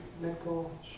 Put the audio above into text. mental